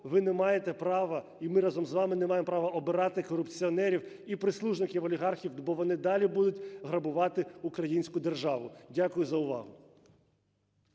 ви не маєте права, і ми разом з вами не маємо права обирати корупціонерів і прислужників олігархів, бо вони далі будуть грабувати українську державу. Дякую за увагу.